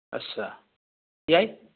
ꯑꯠꯁꯥ ꯌꯥꯏ